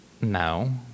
No